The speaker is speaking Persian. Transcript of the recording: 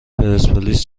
پرسپولیس